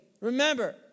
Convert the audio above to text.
Remember